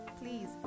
please